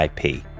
IP